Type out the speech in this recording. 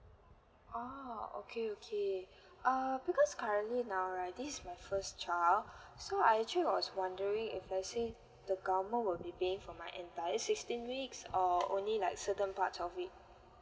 oh okay okay uh because currently now right this is my first child so I actually was wondering if let's say the government will be paying for my entire sixteen weeks or only like certain parts of it